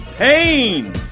Pain